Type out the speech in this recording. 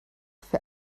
für